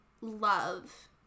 love